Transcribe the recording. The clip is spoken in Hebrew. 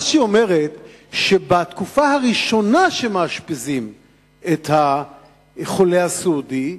היא אומרת שבתקופה הראשונה של אשפוז החולה הסיעודי,